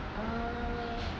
err